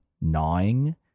gnawing